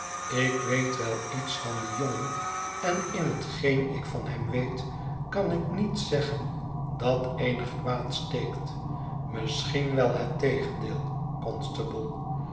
ik weet wel iets van dien jongen en in hetgeen ik van hem weet kan ik niet zeggen dat eenig kwaad steekt misschien wel het tegendeel